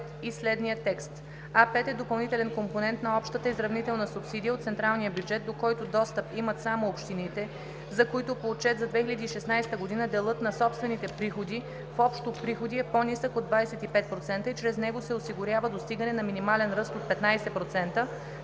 „А5 е допълнителен компонент на общата изравнителна субсидия от централния бюджет, до който достъп имат само общините, за които по отчет за 2016 г. делът на собствените приходи е по-нисък от 25% и чрез него се осигурява достигане на минимален ръст от 15%